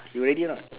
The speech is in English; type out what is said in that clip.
you ready or not